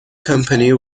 company